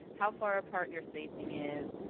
how far apart your spacing is,